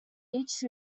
each